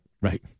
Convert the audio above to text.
Right